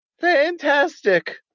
fantastic